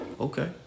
Okay